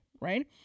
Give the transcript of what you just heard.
right